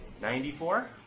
Ninety-four